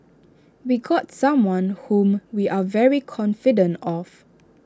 we got someone whom we are very confident of